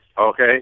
Okay